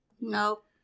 Nope